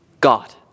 God